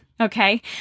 Okay